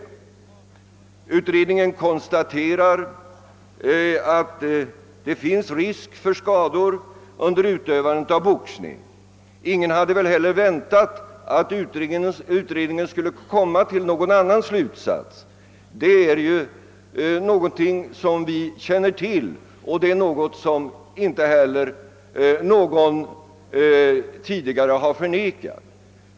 Utredningen konstaterar att det finns risk för skador under utövande av boxning. Ingen hade väntat att utredningen skulle komma till någon annan slutsats; detta är något som vi redan känner till och som ingen tidigare har förnekat.